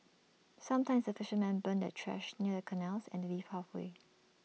sometimes the fishermen burn their trash near the canals and they leave halfway